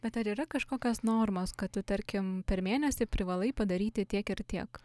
bet ar yra kažkokios normos kad tu tarkim per mėnesį privalai padaryti tiek ir tiek